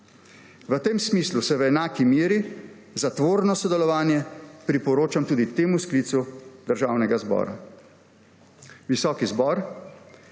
V tem smislu se v enaki meri za tvorno sodelovanje priporočam tudi temu sklicu Državnega zbora. Visoki zbor!